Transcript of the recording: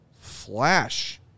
flash